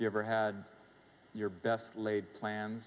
you ever had your best laid plans